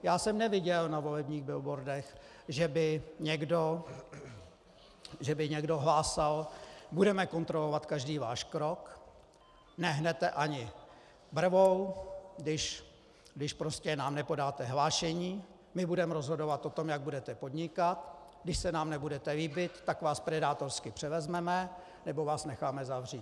Já jsem neviděl na volebních billboardech, že by někdo hlásal: Budeme kontrolovat každý váš krok, nehnete ani brvou, když prostě nám nepodáte hlášení, my budeme rozhodovat o tom, jak budete podnikat, když se nám nebudete líbit, tak vás predátorsky převezmeme nebo vás necháme zavřít.